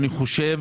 אני חושב